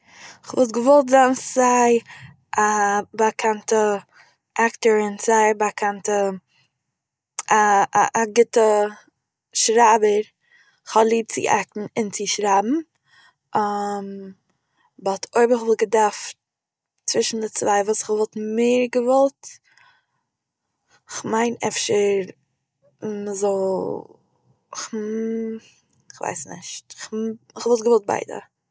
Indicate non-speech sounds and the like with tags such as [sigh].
כ'וואלט געוואלט זיין סיי א באקאנטע אקטאר און זייער באקאנטע א א א גוטע שרייבער, איך האב ליב צו אקטן און צו שרייבן, [hesitation] באט, אויב איך וואלט געדארפט צווישן די צוויי, וואס איך וואלט מער געוואלט? כ'מיין אפשר מ'זאל [hesitation] כ'ווייס נישט, [hesitation] כ'וואלט געוואלט ביידע